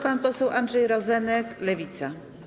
Pan poseł Andrzej Rozenek, Lewica.